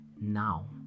now